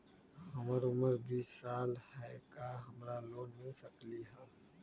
हमर उमर बीस साल हाय का हमरा लोन मिल सकली ह?